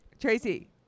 Tracy